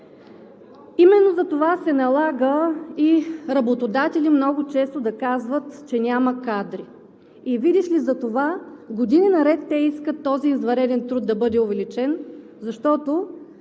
Именно затова се налага и работодатели много често да казват, че няма кадри. И, видиш ли, затова години наред те искат този извънреден труд да бъде увеличен, защото